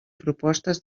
propostes